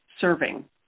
serving